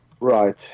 Right